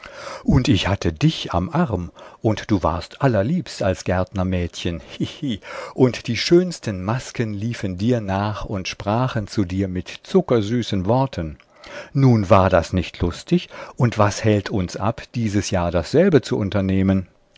und ich hatte dich am arm und du warst allerliebst als gärtnermädchen hihi und die schönsten masken liefen dir nach und sprachen zu dir mit zuckersüßen worten nun war das nicht lustig und was hält uns ab dieses jahr dasselbe zu unternehmen